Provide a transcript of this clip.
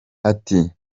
ati